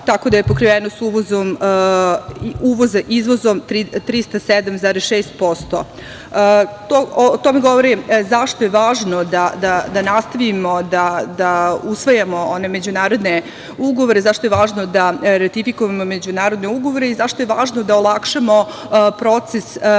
Tako da je pokriveno sa uvozom i izvozom 307,6%. To nam govori zašto je važno da nastavimo da usvajamo one međunarodne ugovore, zašto je važno da ratifikujemo međunarodne ugovore i zašto je važno da olakšamo proces razmene